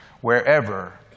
wherever